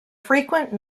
frequent